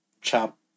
chop